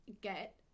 get